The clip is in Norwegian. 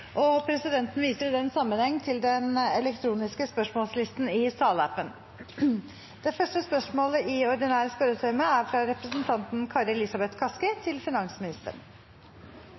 og presidenten viser i den sammenheng til den elektroniske spørsmålslisten i salappen. Endringene var som følger: Spørsmål 2, fra representanten Sigbjørn Gjelsvik til finansministeren,